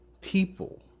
people